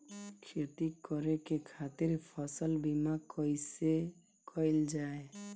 खेती करे के खातीर फसल बीमा कईसे कइल जाए?